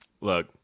look